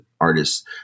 artists